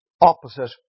opposite